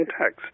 text